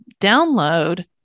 download